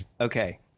Okay